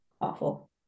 Awful